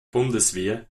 bundeswehr